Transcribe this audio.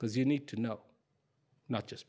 because you need to know not just